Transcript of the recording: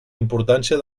importància